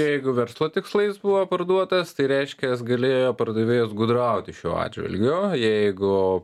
jeigu verslo tikslais buvo parduotas tai reiškias galėjo pardavėjas gudrauti šiuo atžvilgiu jeigu